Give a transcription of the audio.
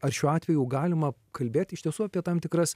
ar šiuo atveju galima kalbėt iš tiesų apie tam tikras